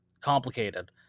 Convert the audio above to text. complicated